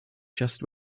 just